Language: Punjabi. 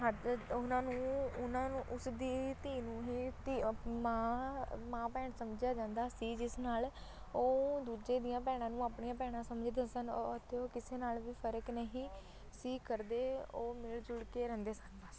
ਉਹਨਾਂ ਨੂੰ ਉਹਨਾਂ ਨੂੰ ਉਸ ਦੀ ਧੀ ਨੂੰ ਹੀ ਧੀ ਮਾਂ ਮਾਂ ਭੈਣ ਸਮਝਿਆ ਜਾਂਦਾ ਸੀ ਜਿਸ ਨਾਲ ਉਹ ਦੂਜੇ ਦੀਆਂ ਭੈਣਾਂ ਨੂੰ ਆਪਣੀਆਂ ਭੈਣਾਂ ਸਮਝਦੇ ਸਨ ਅਤੇ ਉਹ ਕਿਸੇ ਨਾਲ ਵੀ ਫਰਕ ਨਹੀਂ ਸੀ ਕਰਦੇ ਉਹ ਮਿਲ ਜੁਲ ਕੇ ਰਹਿੰਦੇ ਸਨ